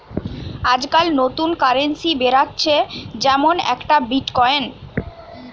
আজকাল নতুন কারেন্সি বেরাচ্ছে যেমন একটা বিটকয়েন